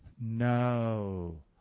No